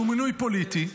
שהוא מינוי פוליטי,